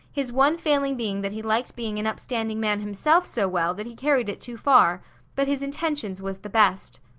his one failing being that he liked being an upstanding man himself so well that he carried it too far but his intentions was the best.